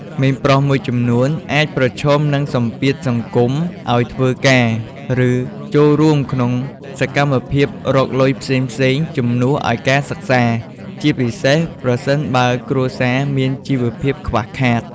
ក្មេងប្រុសមួយចំនួនអាចប្រឈមនឹងសម្ពាធសង្គមឱ្យធ្វើការ ឬចូលរួមក្នុងសកម្មភាពរកលុយផ្សេងៗជំនួសឱ្យការសិក្សា ជាពិសេសប្រសិនបើគ្រួសារមានជីវភាពខ្វះខាត។